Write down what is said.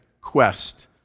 quest